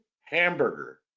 hamburger